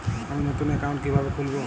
আমি নতুন অ্যাকাউন্ট কিভাবে খুলব?